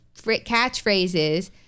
catchphrases